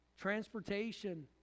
transportation